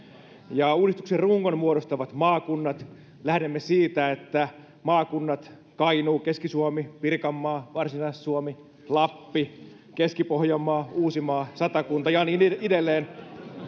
uudistuksen rungon muodostavat maakunnat lähdemme siitä että maakunnat kainuu keski suomi pirkanmaa varsinais suomi lappi keski pohjanmaa uusimaa satakunta ja niin edelleen voivat